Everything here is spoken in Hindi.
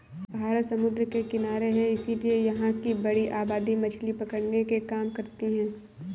भारत समुद्र के किनारे है इसीलिए यहां की बड़ी आबादी मछली पकड़ने के काम करती है